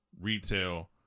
retail